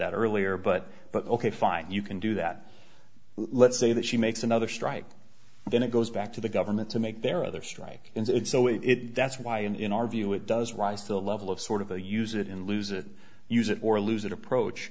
that earlier but but ok fine you can do that let's say that she makes another strike then it goes back to the government to make their other strike into it so it that's why and in our view it does rise to the level of sort of a use it in lose it use it or lose it approach